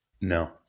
No